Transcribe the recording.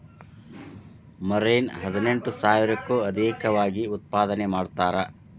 marine ಹದಿನೆಂಟು ಸಾವಿರಕ್ಕೂ ಅದೇಕವಾಗಿ ಉತ್ಪಾದನೆ ಮಾಡತಾರ